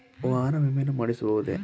ವಾಹನದ ವಿಮೆಯನ್ನು ಮಾಡಿಸಬಹುದೇ?